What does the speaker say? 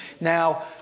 Now